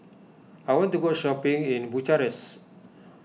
I want to go shopping in Bucharest